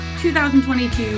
2022